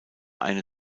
eine